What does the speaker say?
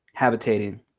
habitating